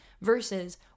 versus